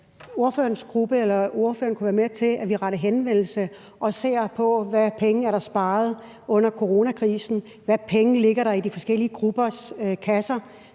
ordføreren kunne være med til, at vi rettede henvendelse og så på, hvad der er sparet af penge under coronakrisen. Hvad ligger der af penge i de forskellige gruppers kasser,